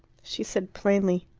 she said plainly,